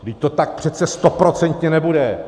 Vždyť to tak přece stoprocentně nebude!